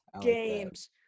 games